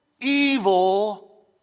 evil